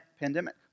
pandemic